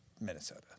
Minnesota